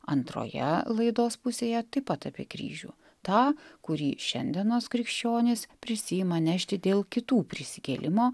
antroje laidos pusėje taip pat apie kryžių tą kurį šiandienos krikščionys prisiima nešti dėl kitų prisikėlimo